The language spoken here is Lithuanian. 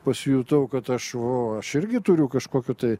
pasijutau kad aš o aš irgi turiu kažkokių tai